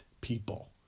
people